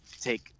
take